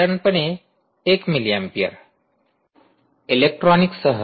विद्यार्थीः संदर्भ वेळ ४५ ४० इलेक्ट्रॉनिक्ससह